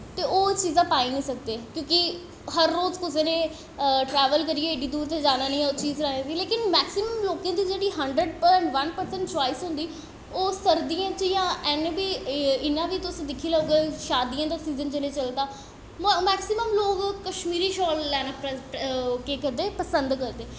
ते होर चीजां पाई निं सकदे क्योंकि हर रोज कुसै ने ट्रैवल करियै एड्डी दूर तो जाना निं ऐ ओह् चीजां लेकिन मैकसिमम लोकें दी जेह्ड़ी hundred and ten percent choice होंदी ओह् सर्दियें च जां इन्ना तुस दिक्खी लैओ शादियें दा जिसलै सीज़न चलदा मैकसिमम लोग कश्मीरी शाल लैना केह् करदे पसंद करदे